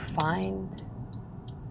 find